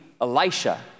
Elisha